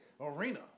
arena